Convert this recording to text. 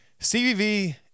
CVV